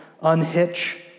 unhitch